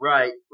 Right